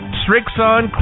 Strixon